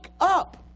up